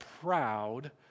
proud